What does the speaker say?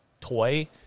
toy